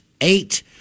eight